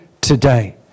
today